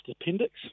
appendix